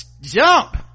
jump